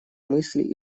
мысли